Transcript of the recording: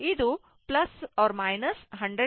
ಇದು 100 volt terminal ಎಂದು ನೀಡಲಾಗಿದೆ